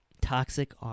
Toxic